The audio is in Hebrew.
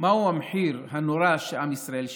מהו המחיר הנורא שעם ישראל שילם.